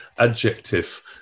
Adjective